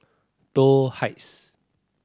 Toh Heights